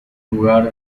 lugar